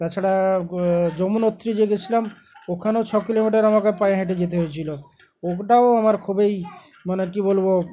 তাছাড়া যমুনোত্রী যে গিয়েছিলাম ওখানেও ছ কিলোমিটার আমাকে পায়ে হেঁটে যেতে হয়েছিলো ওটাও আমার খুবই মানে কী বলবো